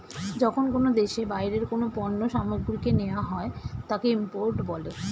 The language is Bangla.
যখন কোনো দেশে বাইরের কোনো পণ্য সামগ্রীকে নেওয়া হয় তাকে ইম্পোর্ট বলে